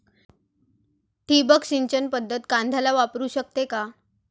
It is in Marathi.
ठिबक सिंचन पद्धत कांद्याला वापरू शकते का?